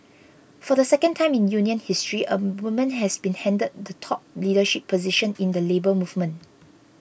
for the second time in union history a woman has been handed the top leadership position in the Labour Movement